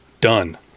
Done